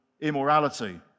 immorality